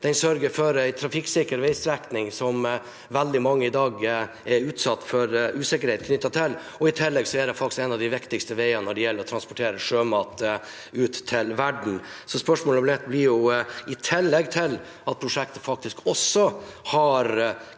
Den sørger for en trafikksikker veistrekning, noe som veldig mange i dag har en usikkerhet knyttet til. I tillegg er det faktisk en av de viktigste veiene når det gjelder å transportere sjømat ut til verden, i tillegg til at prosjektet faktisk også har